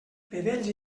vedells